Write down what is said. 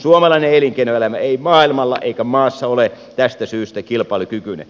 suomalainen elinkeino elämä ei maailmalla eikä maassa ole tästä syystä kilpailukykyinen